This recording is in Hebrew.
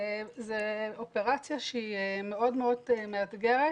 זוהי אופרציה שהיא מאוד מאוד מאתגרת,